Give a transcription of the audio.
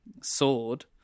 sword